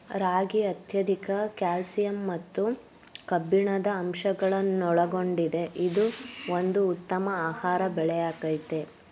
ರಾಗಿ ಅತ್ಯಧಿಕ ಕ್ಯಾಲ್ಸಿಯಂ ಮತ್ತು ಕಬ್ಬಿಣದ ಅಂಶಗಳನ್ನೊಳಗೊಂಡಿದೆ ಇದು ಒಂದು ಉತ್ತಮ ಆಹಾರ ಬೆಳೆಯಾಗಯ್ತೆ